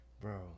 bro